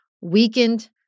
weakened